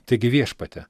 taigi viešpatie